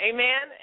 Amen